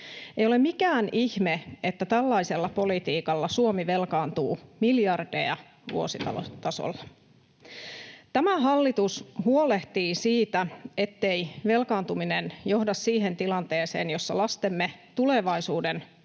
Ei ole mikään ihme, että tällaisella politiikalla Suomi velkaantuu miljardeja vuositasolla. Tämä hallitus huolehtii siitä, ettei velkaantuminen johda siihen tilanteeseen, jossa lastemme tulevaisuuden